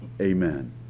amen